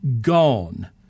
gone